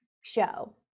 show